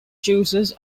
juices